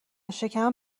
شکمم